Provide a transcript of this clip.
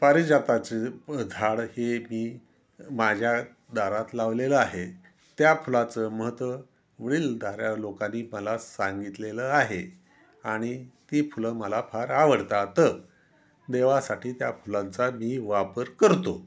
पारिजाताचे झाड हे मी माझ्या दारात लावलेलं आहे त्या फुलाचं महत्त्व वडीलधाऱ्या लोकांनी मला सांगितलेलं आहे आणि ती फुलं मला फार आवडतात देवासाठी त्या फुलांचा मी वापर करतो